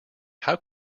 how